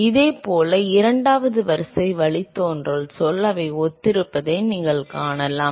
இதேபோல் இரண்டாவது வரிசை வழித்தோன்றல் சொல் அவை ஒத்திருப்பதை நீங்கள் காணலாம்